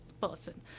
person